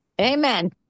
Amen